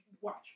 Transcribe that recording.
watch